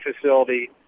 facility